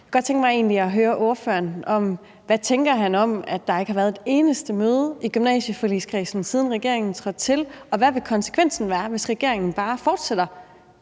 egentlig godt tænke mig at spørge ordføreren, hvad han tænker om, at der ikke har været et eneste møde i gymnasieforligskredsen, siden regeringen trådte til. Hvad vil konsekvensen være, hvis regeringen bare fortsætter